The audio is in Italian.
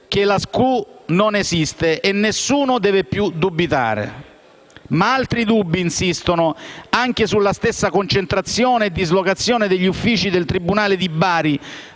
che la SCU non esiste e nessuno deve più dubitare. Ma altri dubbi insistono, anche sulla stessa concentrazione e dislocazione degli uffici del tribunale di Bari,